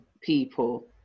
people